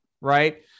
right